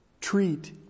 treat